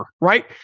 right